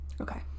Okay